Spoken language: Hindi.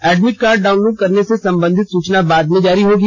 एडमिट कार्ड डाउनलोड करने से संबंधित सूचना बाद में जारी होगी